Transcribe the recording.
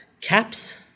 caps